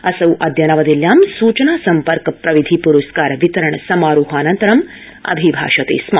असौ अद्य नवदिल्ल्यां सूचना सम्पर्क प्रविधि पुरस्कार वितरण समारोहानन्तरम् अभिभाषते स्म